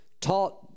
taught